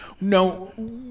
no